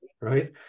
right